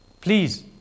Please